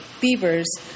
beavers